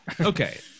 Okay